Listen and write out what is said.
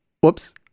whoops